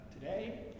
today